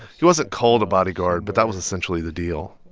he wasn't called a bodyguard, but that was essentially the deal.